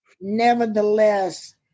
nevertheless